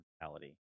reality